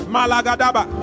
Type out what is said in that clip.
Malagadaba